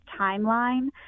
timeline